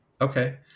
Okay